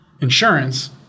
Insurance